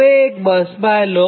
હવેએક busbar લો